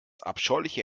abscheuliche